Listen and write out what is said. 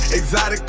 exotic